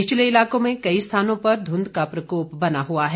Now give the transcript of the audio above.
निचले इलाकों में कई स्थानों पर धुंध का प्रकोप बना हुआ है